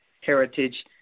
heritage